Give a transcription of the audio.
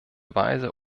weise